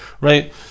right